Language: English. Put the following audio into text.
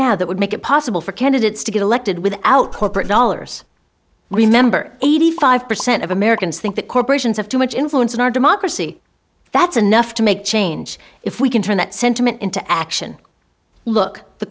now that would make it possible for candidates to get elected without corporate dollars remember eighty five percent of americans think that corporations have too much influence in our democracy that's enough to make change if we can turn that sentiment into action look the